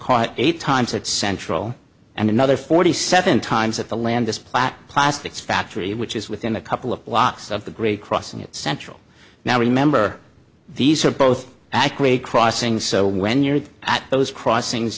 caught eight times at central and another forty seven times at the landis platt plastics factory which is within a couple of blocks of the great crossing at central now remember these are both accurate crossings so when you're at those crossings